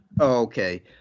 Okay